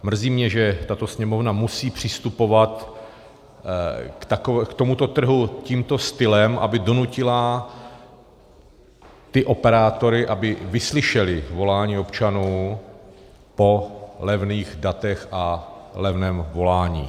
Mrzí mě, že tato Sněmovna musí přistupovat k tomuto trhu tímto stylem, aby donutila operátory, aby vyslyšeli volání občanů po levných datech a levném volání.